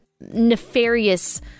nefarious